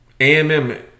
AMM